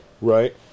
right